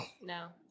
No